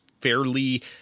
fairly